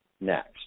next